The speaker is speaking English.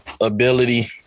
ability